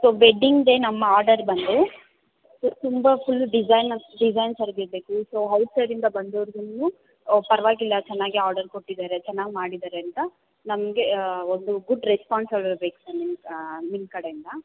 so wedding day ನಮ್ಮ order ಬಂದು ತುಂಬ ಫುಲ್ ಡಿಸೈನ್ ಡಿಸೈನ್ಸರ್ಗೆ ಇಡಬೇಕು ಸೊ ಔಟ್ ಸೈಡಿಂದ ಬಂದವರುಗುನು ಓ ಪರವಾಗಿಲ್ಲ ಚೆನ್ನಾಗೆ ಆರ್ಡರ್ ಕೊಟ್ಟಿದ್ದಾರೆ ಚೆನ್ನಾಗಿ ಮಾಡಿದ್ದಾರೆ ಅಂತ ನಮಗೆ ಒಂದು ಗುಡ್ ರೆಸ್ಪೊನ್ಸ್ರ್ ಬೇಕು ನಿಮ್ಮ ನಿಮ್ಮ ಕಡೆಯಿಂದ